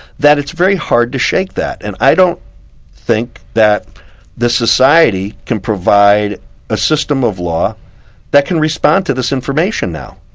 that it's very hard to shake that. and i don't think that the society can provide a system of law that can respond to this information now.